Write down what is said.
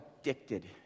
addicted